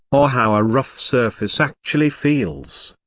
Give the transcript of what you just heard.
or how a rough surface actually feels.